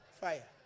fire